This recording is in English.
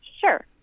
Sure